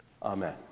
Amen